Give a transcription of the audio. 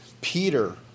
Peter